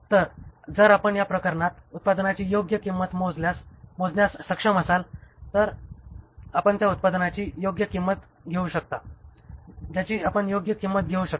तर जर आपण त्या प्रकरणात उत्पादनाची योग्य किंमत मोजण्यास सक्षम असाल तर आपण त्या उत्पादनाची योग्य किंमत घेऊ शकता ज्याची आपण योग्य किंमत घेऊ शकता